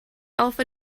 alpha